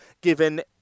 given